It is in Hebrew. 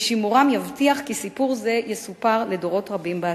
ושימורם יבטיח כי סיפור זה יסופר לדורות רבים בעתיד.